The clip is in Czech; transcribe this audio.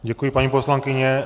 Děkuji, paní poslankyně.